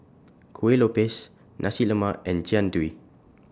Kuih Lopes Nasi Lemak and Jian Dui